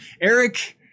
Eric